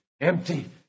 empty